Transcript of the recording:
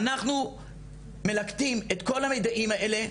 אנחנו מלקטים את כל המיידעים האלה,